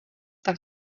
tak